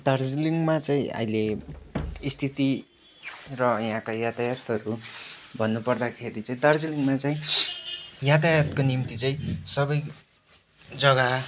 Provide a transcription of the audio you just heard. दार्जिलिङमा चाहिँ अहिले स्थिति र यहाँका यतायातहरू भन्नुपर्दाखेरि चाहिँ दार्जिलिङमा चाहिँ यातायातको निम्ति चाहिँ सबै जग्गा